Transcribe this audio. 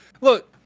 Look